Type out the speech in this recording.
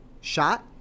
shot